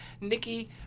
Nikki